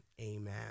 Amen